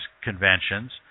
conventions